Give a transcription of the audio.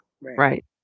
Right